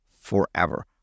forever